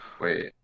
wait